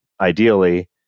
ideally